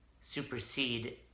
supersede